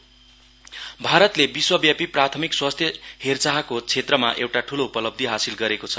आयुष्मान भारत भारतले विश्वव्यापि प्राथमिक स्वास्थ् हेरचाहको क्षेत्रमा एउटा ठूलो उपलब्धि हासिल गरेको छ